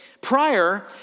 prior